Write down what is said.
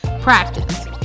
Practice